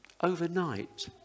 Overnight